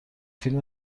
فیلم